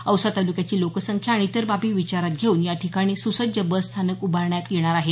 औसा तालुक्याची लोकसंख्या आणि इतर बाबी विचारात घेऊन याठिकाणी सुसज्ज बस स्थानक उभारण्यात येणार आहे